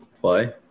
Play